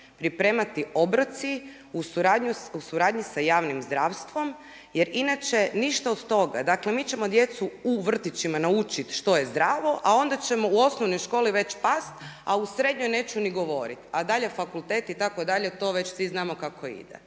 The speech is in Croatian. pripremati obroci u suradnji sa javnim zdravstvom jer inače ništa od toga. Dakle mi ćemo djecu u vrtićima naučiti što je zdravo a onda ćemo u osnovnoj školi već pasti a u srednjoj neću ni govoriti a dalje fakultet itd., to već svi znamo kako ide.